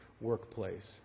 workplace